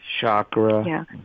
chakra